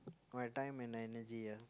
my time and energy ah